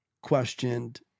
questioned